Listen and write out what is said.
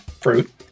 fruit